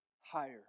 higher